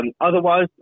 Otherwise